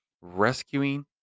rescuing